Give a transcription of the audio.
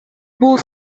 бул